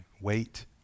Wait